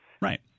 Right